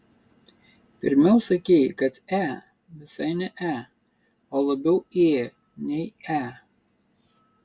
pirmiau sakei kad e visai ne e o labiau ė nei e